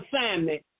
assignment